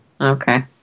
Okay